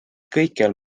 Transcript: kõikjal